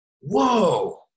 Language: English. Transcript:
whoa